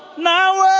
now